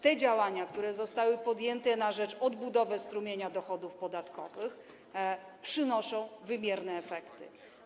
Te działania, które zostały podjęte na rzecz odbudowy strumienia dochodów podatkowych, przynoszą wymierne efekty.